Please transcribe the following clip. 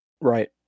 Right